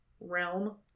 realm